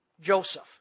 Joseph